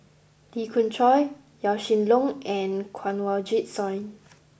Lee Khoon Choy Yaw Shin Leong and Kanwaljit Soin